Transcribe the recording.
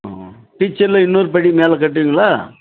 ம் ஃபியூச்சரில் இன்னொரு படி மேலே கட்டுவீங்களா